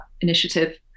initiative